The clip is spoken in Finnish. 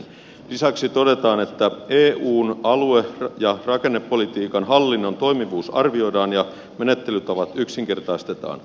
lisäksi todetaan että eun alue ja rakennepolitiikan hallinnon toimivuus arvioidaan ja menettelytavat yksinkertaistetaan